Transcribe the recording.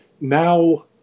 now